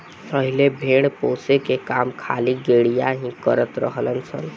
पहिले भेड़ पोसे के काम खाली गरेड़िया ही करत रलन सन